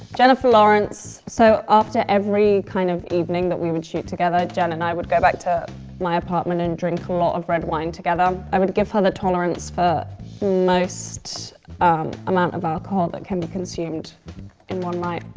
jennifer lawrence. so after every, kind of, evening that we would shoot together, jen and i would go back to my apartment and drink a lot of red wine together. i would give her the tolerance for most amount of alcohol that can be consumed in one night.